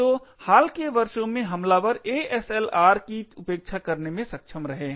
तो हाल के वर्षों में हमलावर ASLR की उपेक्षा करने में सक्षम रहे हैं